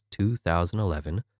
2011